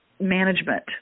management